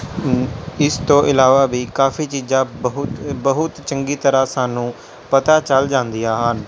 ਇਸ ਤੋਂ ਇਲਾਵਾ ਵੀ ਕਾਫੀ ਚੀਜ਼ਾਂ ਬਹੁਤ ਬਹੁਤ ਚੰਗੀ ਤਰ੍ਹਾਂ ਸਾਨੂੰ ਪਤਾ ਚੱਲ ਜਾਂਦੀਆਂ ਹਨ